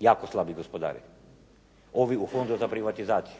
Jako slabi gospodari ovi u Fondu za privatizaciju.